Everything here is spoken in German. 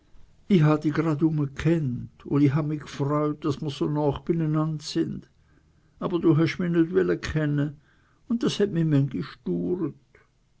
u n i ha mi gfreut daß mr so nach bi n enangere si aber du hesch mi nit welle chenne u das het mi mengisch